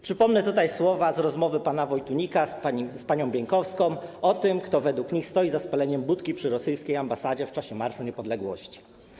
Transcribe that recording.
Przypomnę tutaj słowa z rozmowy pana Wojtunika z panią Bieńkowską o tym, kto według nich stoi za spaleniem budki przy rosyjskiej ambasadzie w czasie Marszu Niepodległości.